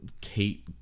Kate